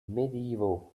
medieval